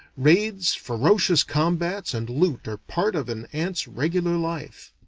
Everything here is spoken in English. raids, ferocious combats, and loot are part of an ant's regular life.